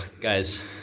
guys